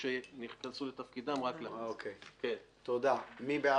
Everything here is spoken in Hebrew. מי בעד?